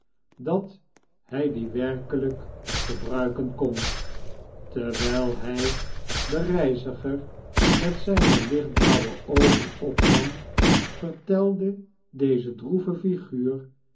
dat hij die werkelijk gebruiken kon terwyl hy den reiziger met zijne lichtblauwe oogen opnam vertelde deze droevigefiguur